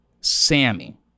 Sammy